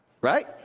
Right